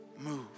move